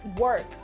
work